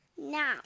Now